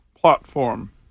platform